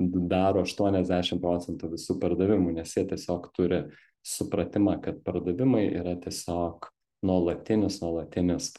daro aštuoniasdešim procentų visų pardavimų nes jie tiesiog turi supratimą kad pardavimai yra tiesiog nuolatinis nuolatinis